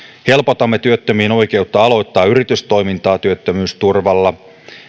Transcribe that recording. helpotamme työttömien oikeutta aloittaa yritystoimintaa työttömyysturvalla